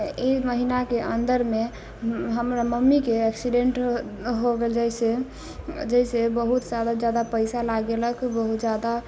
ई महिनाके अन्दरमे हमर मम्मीके एक्सिडेन्ट हो गेल जइसे जइसे बहुत सारा ज्यादा पइसा लागि गेलक बहुत ज्यादा